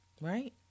right